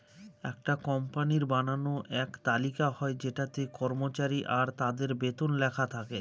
একটা কোম্পানির বানানো এক তালিকা হয় যেটাতে কর্মচারী আর তাদের বেতন লেখা থাকে